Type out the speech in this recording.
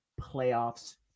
playoffs